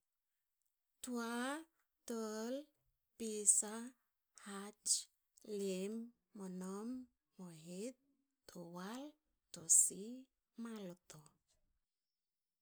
Toa. tol. pisa. hats. ilim. monom. mohit. towal. tosi. malto.